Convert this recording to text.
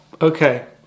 okay